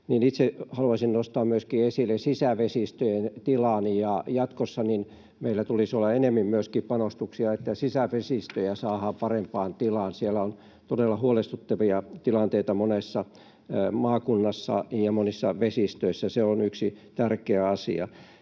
itse haluaisin nostaa esille myöskin sisävesistöjen tilan. Jatkossa meillä tulisi olla enemmän panostuksia myöskin siihen, että sisävesistöjä saadaan parempaan tilaan. Siellä on todella huolestuttavia tilanteita monessa maakunnassa ja monissa vesistöissä. Se on yksi tärkeä asia.